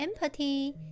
empty